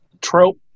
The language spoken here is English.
trope